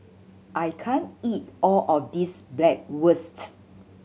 I can't eat all of this Bratwurst